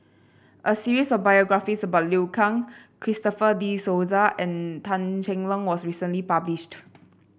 a series of biographies about Liu Kang Christopher De Souza and Tan Cheng Lock was recently published